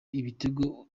ibitego